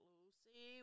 Lucy